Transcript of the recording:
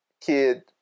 kid